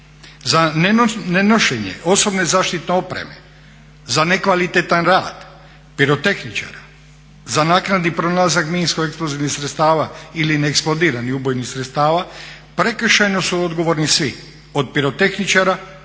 Za nenošenje osobne zaštitne opreme, za nekvalitetan rad pirotehničara, za naknadni pronalazak minsko-eksplozivnih sredstava ili neeksplodiranih ubojnih sredstava prekršajno su odgovorni svi, od pirotehničara preko